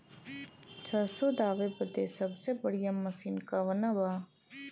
सरसों दावे बदे सबसे बढ़ियां मसिन कवन बा?